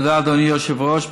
תודה, אדוני היושב-ראש.